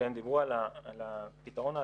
כשהם דיברו על הפתרון האקטוארי,